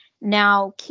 Now